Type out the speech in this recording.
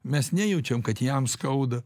mes nejaučiam kad jam skauda